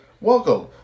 welcome